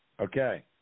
Okay